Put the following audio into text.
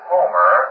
Homer